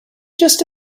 just